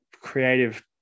creative